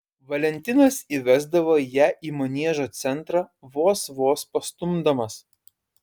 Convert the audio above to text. valentinas įvesdavo ją į maniežo centrą vos vos pastumdamas